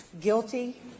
Guilty